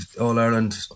All-Ireland